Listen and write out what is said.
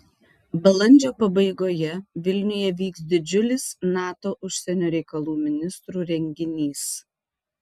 balandžio pabaigoje vilniuje vyks didžiulis nato užsienio reikalų ministrų renginys